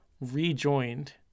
rejoined